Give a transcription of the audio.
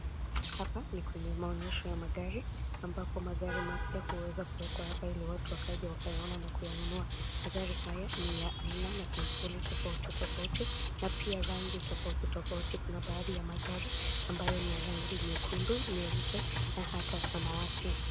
Hapa ni kwenye maonyesho ya magari ambapo magari mapya huweza kuwekwa hapa ili watu wakaja, wakayaona na kuyanunua. Magari haya ni ya aina na sampli tofauti tofauti na pia rangi tofauti tofauti. Kuna baadhi ya magari ambayo ni ya rangi nyekundu, nyeupe, na hata samawati.